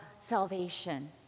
salvation